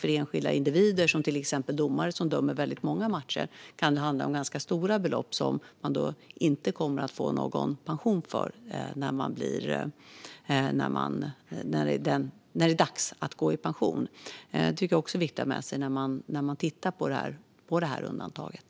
För enskilda individer, till exempel domare som dömer i väldigt många matcher, kan det handla om ganska stora belopp som de inte kommer att få någon pension för när det är dags att gå i pension. Det är också viktigt att ha med sig när man tittar på det här undantaget.